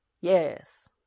yes